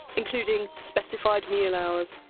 including specified meal hours,